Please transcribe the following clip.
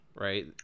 Right